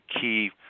key